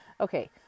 okay